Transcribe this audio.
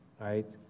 right